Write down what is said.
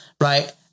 Right